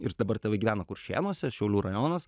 ir dabar tebegyvena kuršėnuose šiaulių rajonas